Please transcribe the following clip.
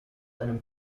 einem